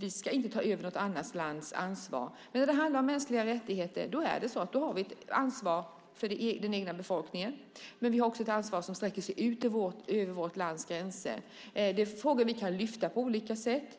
Vi ska inte ta över något annat lands ansvar. När det handlar om mänskliga rättigheter har vi ett ansvar för den egna befolkningen, men vi har också ett ansvar som sträcker sig utanför vårt lands gränser. Det är en fråga som vi kan lyfta fram på olika sätt.